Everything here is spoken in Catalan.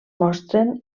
mostren